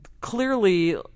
clearly